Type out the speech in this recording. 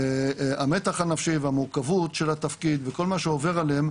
המתח הנפשי והמורכבות של התפקיד וכל מה שעובר עליהם,